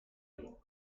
nit